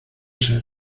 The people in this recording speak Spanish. ser